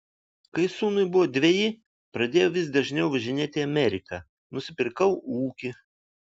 kai sūnui buvo dveji pradėjau vis dažniau važinėti į ameriką nusipirkau ūkį